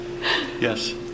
Yes